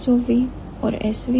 SOV और SVO